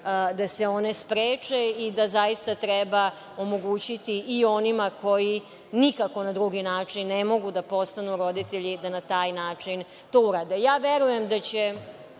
može biti, spreče i da zaista treba omogućiti i onima koji nikako na drugi način ne mogu da postanu roditelji da na taj način to urade. Verujem da ćemo